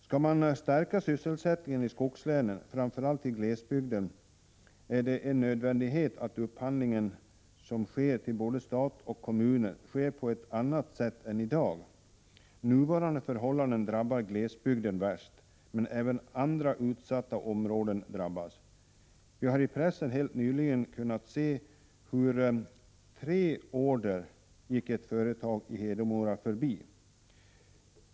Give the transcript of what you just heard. Skall man stärka sysselsättningen i skogslänen, framför allt i glesbygden, är det en nödvändighet att upphandlingen till både stat och kommuner sker på ett annat sätt än i dag. Nuvarande förhållanden drabbar glesbygden värst, men även andra utsatta områden drabbas. I pressen har vi helt nyligen kunnat se hur tre order gick ett företag i Hedemora förbi.